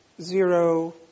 zero